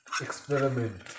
experiment